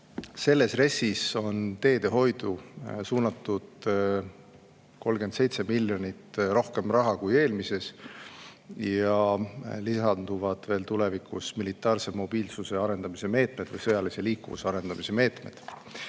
Selles RES‑is on teedehoidu raha suunatud 37 miljonit rohkem kui eelmises ja lisanduvad veel tulevikus militaarse mobiilsuse arendamise meetmed või sõjalise liikuvuse arendamise meetmed.